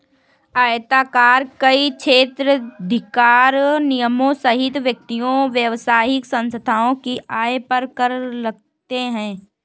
आयकर कई क्षेत्राधिकार निगमों सहित व्यक्तियों, व्यावसायिक संस्थाओं की आय पर कर लगाते हैं